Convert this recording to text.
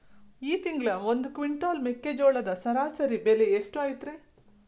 ಈ ತಿಂಗಳ ಒಂದು ಕ್ವಿಂಟಾಲ್ ಮೆಕ್ಕೆಜೋಳದ ಸರಾಸರಿ ಬೆಲೆ ಎಷ್ಟು ಐತರೇ?